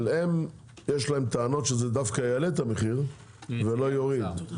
יש להם טענות שזה דווקא יעלה את המחיר ולא יוריד.